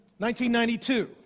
1992